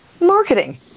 marketing